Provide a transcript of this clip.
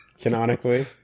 Canonically